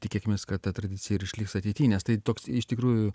tikėkimės kad ta tradicija ir išliks ateity nes tai toks iš tikrųjų